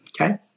Okay